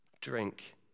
drink